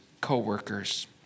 co-workers